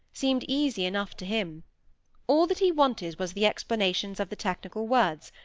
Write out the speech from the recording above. seemed easy enough to him all that he wanted was the explanations of the technical words,